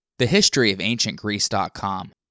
thehistoryofancientgreece.com